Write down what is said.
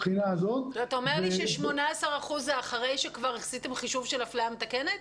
אז אתה אומר לי שה-18% זה כבר אחרי שעשיתם חישוב של הפליה מתקנת?